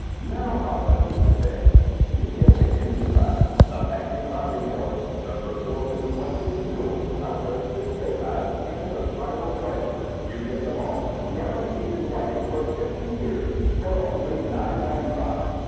now how much would you pay you get again through night the matching carving board the versatile six in one kitchen tool a set of six steak knives and a spiral slicer. you get them all guaranteed in writing for fifty years or only nine ninety five.